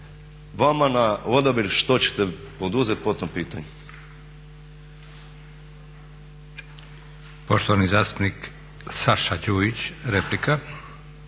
vama na odabir što ćete poduzeti po tom pitanju.